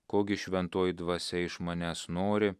ko gi šventoji dvasia iš manęs nori